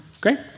Great